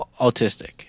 autistic